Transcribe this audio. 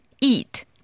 Eat